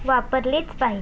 वापरलीच पाहिजे